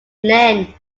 lynn